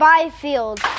Byfield